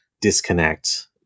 disconnect